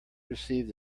received